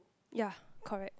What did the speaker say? ya correct